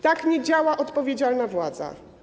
Tak nie działa odpowiedzialna władza.